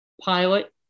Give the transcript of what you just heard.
pilot